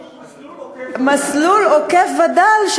מסלול עוקף וד"ל.